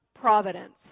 providence